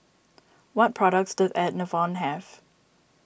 what products does Enervon have